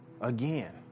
again